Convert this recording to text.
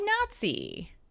Nazi